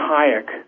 Hayek